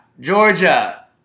Georgia